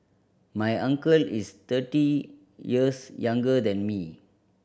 my uncle is thirty years younger than me